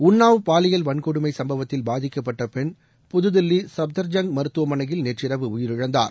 உள்ளாவ் பாலியல் வள்கொடுமை சும்பவத்தில் பாதிக்கப்பட்ட பெண் புதுதில்லி சுப்தர்ஜங் மருத்துவமனையில் நேற்று இரவு உயிரிழந்தார்